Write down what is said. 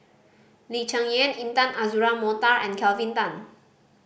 Lee Cheng Yan Intan Azura Mokhtar and Kelvin Tan